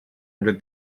under